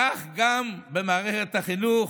כך גם במערכת החינוך,